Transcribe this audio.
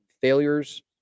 failures